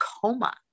coma